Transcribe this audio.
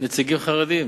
נציגים חרדים.